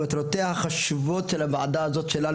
מהמטרות החשובות ביותר של הוועדה הזאת.